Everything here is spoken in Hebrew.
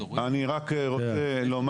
אני אנסה לסכם,